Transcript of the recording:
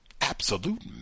absolute